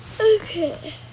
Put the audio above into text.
Okay